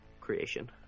creation